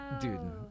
Dude